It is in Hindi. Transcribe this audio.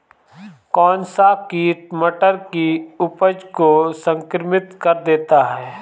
कौन सा कीट मटर की उपज को संक्रमित कर देता है?